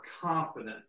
confident